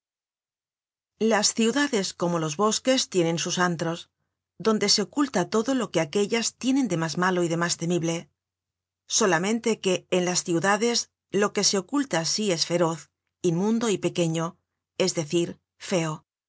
las ciudades como los bosques tienen sus antros donde se oculta todo lo que aquellas tienen de mas malo y de mas temible solamente que en las ciudades lo que se oculta asi es feroz inmundo y pequeño es decir feo